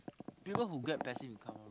people who get passive income loh